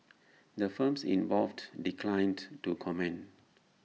the firms involved declined to comment